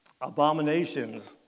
abominations